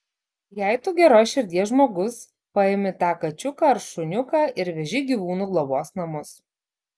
jei tu geros širdies žmogus paimi tą kačiuką ar šuniuką ir veži į gyvūnų globos namus